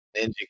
Ninja